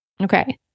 Okay